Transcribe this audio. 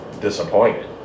disappointed